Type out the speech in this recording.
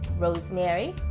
rosemary,